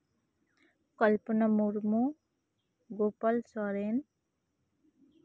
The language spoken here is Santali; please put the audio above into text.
ᱠᱚᱞᱯᱚᱱᱟ ᱢᱩᱨᱢᱩ ᱜᱳᱯᱟᱞ ᱥᱚᱨᱮᱱ